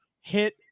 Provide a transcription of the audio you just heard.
hit